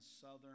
Southern